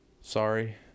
sorry